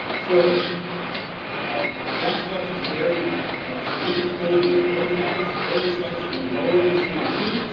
so our gas flux is very significantly with oil status. oiled sites were lower in c o two,